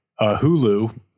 Hulu